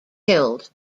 killed